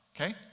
Okay